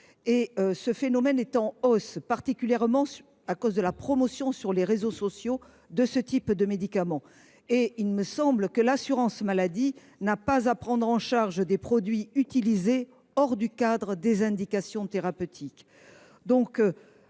Ce phénomène se répand, en particulier à cause de la promotion sur les réseaux sociaux de ce type d’usages. Il me semble que l’assurance maladie n’a pas à prendre en charge des produits utilisés en dehors du cadre des indications thérapeutiques.